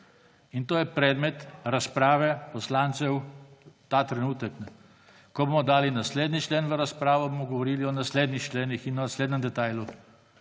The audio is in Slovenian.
In to je predmet razprave poslancev ta trenutek. Ko bomo dali naslednji člen v razpravo, bomo govorili o naslednjih členih in o naslednjem detajlu.